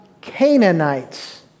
Canaanites